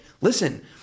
listen